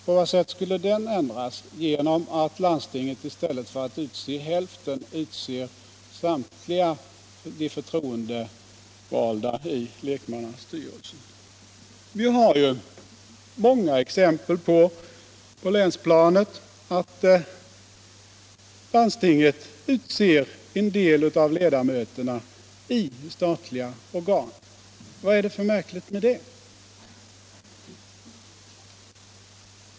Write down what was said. På vad sätt skulle den ändras av att landstingen i stället för att utse hälften utser samtliga förtroendevalda i lekmannastyrelsen? Vi har på länsplanet många exempel på att landstingen utser en del av ledamöterna i statliga organ. Vad är det för märkligt med det?